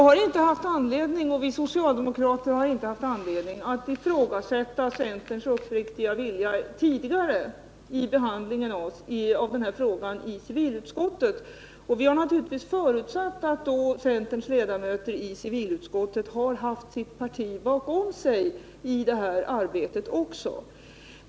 Herr talman! Vi socialdemokrater har inte tidigare haft anledning att ifrågasätta centerns uppriktiga vilja vid behandlingen av denna fråga i civilutskottet. Vi har naturligtvis förutsatt att centerns ledamöter i civilutskottet har haft sitt parti bakom sig även i detta arbete.